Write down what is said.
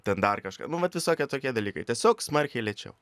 ten dar kažką nu vat visokie tokie dalykai tiesiog smarkiai lėčiau